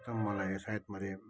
एकदम मलाई सायद मैले